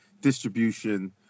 distribution